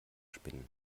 spinnen